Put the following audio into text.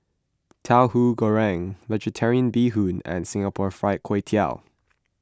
Tauhu Goreng Vegetarian Bee Hoon and Singapore Fried Kway Tiao